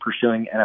pursuing